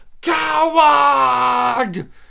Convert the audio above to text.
Coward